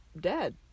dead